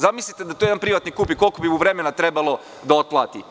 Zamislite da to jedan privatnik kupi, koliko bi mu vremena trebalo da otplati?